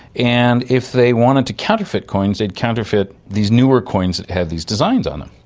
and if they wanted to counterfeit coins they'd counterfeit these newer coins that had these designs on them.